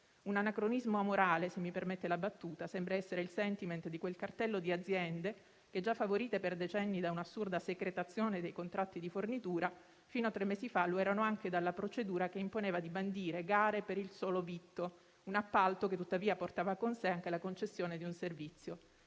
Un anacronismo amorale - se mi permette la battuta - sembra essere il *sentiment* di quel cartello di aziende che, già favorite per decenni da un'assurda secretazione dei contratti di fornitura, fino a tre mesi fa lo erano anche dalla procedura che imponeva di bandire gare per il solo vitto; un appalto che, tuttavia, portava con sé anche la concessione di un servizio.